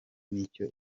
n’icyo